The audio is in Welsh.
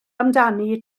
amdani